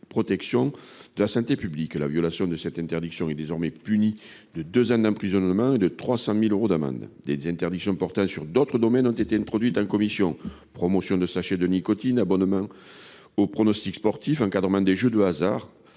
protection de la santé publique, la violation de cette interdiction est désormais puni de 2 ans d'emprisonnement et de 300.000 euros d'amende. Des des interdictions portant sur d'autres domaines ont été introduites en commission promotion de sachets de nicotine abonnement aux pronostics sportifs encadrement des jeux de hasard